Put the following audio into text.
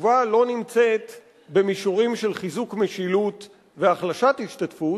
התשובה לא נמצאת במישורים של חיזוק משילות והחלשת השתתפות,